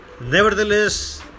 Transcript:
nevertheless